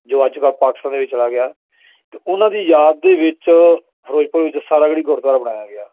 ਜੋ ਅੱਜ ਵੈਹ ਪਾਕਿਸਤਾਨ ਦੇ ਵਿੱਚ ਚਲਾ ਗਿਆ ਅਤੇ ਉਹਨਾਂ ਦੀ ਯਾਦ ਦੇ ਵਿੱਚ ਫਿਰੋਜ਼ਪੁਰ ਵਿੱਚ ਸਾਰਾਗੜ੍ਹੀ ਗੁਰਦੁਆਰਾ ਬਣਾਇਆ ਗਿਆ